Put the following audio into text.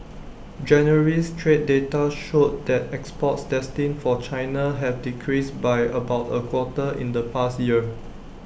January's trade data showed that exports destined for China have decreased by about A quarter in the past year